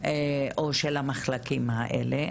או של המחלקים האלה,